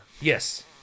Yes